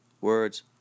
Words